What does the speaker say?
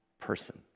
person